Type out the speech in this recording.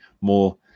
more